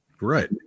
Right